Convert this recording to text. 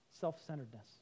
self-centeredness